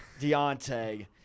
Deontay